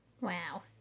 Wow